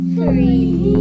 Three